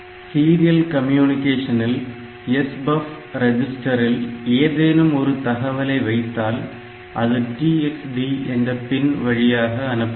serial கம்யூனிகேஷனில் SBUF ரெஜிஸ்டரில் ஏதேனும் ஒரு தகவலை வைத்தால் அது TxD என்ற பின் வழியாக அனுப்பப்படும்